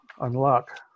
unlock